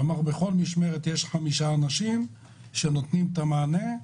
כלומר בכל משמרת יש חמישה אנשים שנותנים מענה.